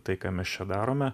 tai ką mes čia darome